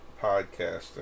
podcasting